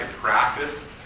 practice